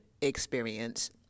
experience